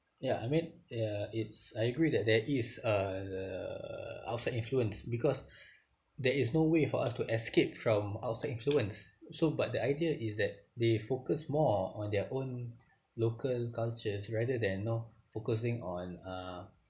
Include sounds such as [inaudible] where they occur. ya I mean ya it's I agree that there is uh outside influence because [breath] there is no way for us to escape from outside influence so but the idea is that they focus more on their own local cultures rather than you know focusing on uh